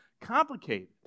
complicated